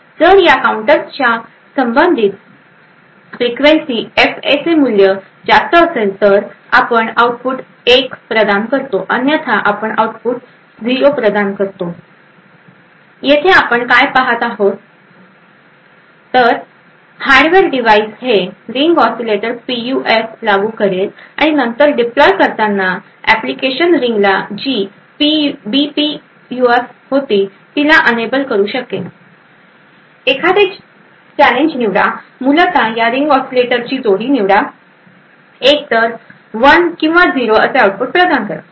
जर या काउंटरशी संबंधित फ्रिक्वेन्सी एफएचे मूल्य जास्त असेल तर आपण आउटपुट 1 प्रदान करतो अन्यथा आपण आउटपुट 0 प्रदान करतो येथे आपण काय पहात आहोत ते हे आहे की हार्डवेअर डिव्हाइस हे रिंग ऑसीलेटर पीयूएफ लागू करेल आणि नंतर डिप्लोय करताना एप्लीकेशन रिंगला जी बीपीयूएफ होती तिला अनेबल करू शकेल एखादे चॅलेंज निवडा मूलत या रिंग ऑसीलेटरची जोडी निवडा एकतर 1 किंवा 0 असे आउटपुट प्रदान करा